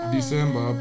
December